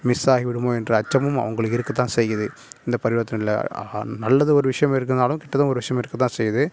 miss ஆகிவிடுமோ என்ற அச்சமும் அவங்களுக்கு இருக்க தான் செய்யுது இந்த பரிவர்த்தனையில் ஆஹா நல்லது ஒரு விஷயம் இருக்குனாலும் கெட்டதும் ஒரு விஷயம் இருக்க தான் செய்யுது